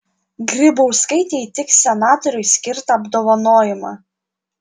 grybauskaitė įteiks senatoriui skirtą apdovanojimą